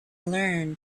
learn